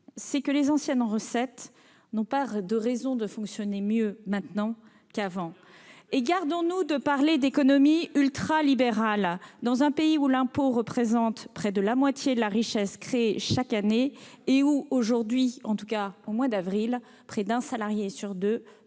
c'est que les anciennes recettes n'ont pas de raison de fonctionner mieux maintenant qu'avant. Vous avez mal écouté ! Et gardons-nous de parler d'économie ultralibérale dans un pays où l'impôt représente près de la moitié de la richesse créée chaque année et où, aujourd'hui, en tout cas au mois d'avril, près d'un salarié sur deux